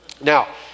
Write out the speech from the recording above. Now